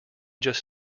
just